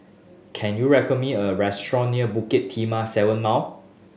can you me a restaurant near Bukit Timah Seven Mao